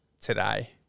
today